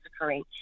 occurring